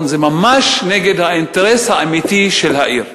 זה ממש נגד האינטרס האמיתי של העיר,